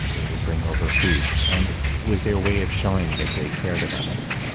they would bring over food and it was their way of showing that they cared about us,